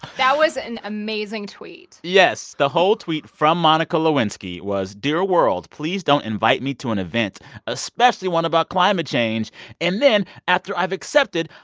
that was an amazing tweet yes, the whole tweet from monica lewinsky was, dear world, please don't invite me to an event especially one about climate change and then after i've accepted,